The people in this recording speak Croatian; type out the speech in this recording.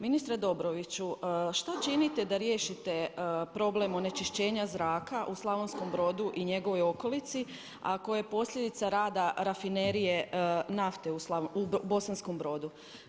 Ministre Dobroviću što činite da riješite problem onečišćenja zraka u Slavonskom Brodu i njegovoj okolici a koje je posljedica rada rafinerije nafte u Bosanskom Brodu.